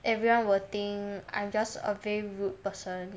everyone will think I'm just a very rude person